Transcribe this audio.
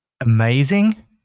amazing